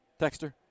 Texter